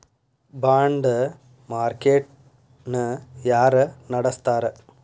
ಬಾಂಡ market ನ ಯಾರ ನಡಸ್ತಾರ?